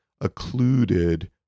occluded